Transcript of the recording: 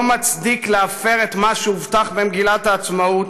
מצדיקים את הפרת מה שהובטח במגילת העצמאות,